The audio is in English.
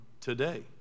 today